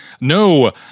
No